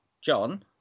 John